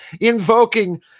invoking